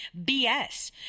BS